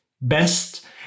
best